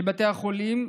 לבתי החולים.